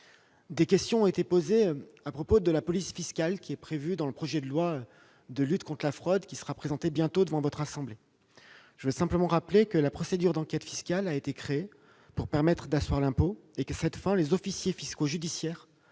Des questions ont été posées à propos de la police fiscale prévue dans le cadre du projet de loi relatif à la lutte contre la fraude, qui sera bientôt présenté devant votre assemblée. Je veux le rappeler, la procédure d'enquête fiscale a été créée pour permettre d'asseoir l'impôt. À cette fin, les officiers fiscaux judiciaires